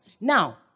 Now